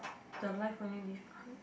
the life only leave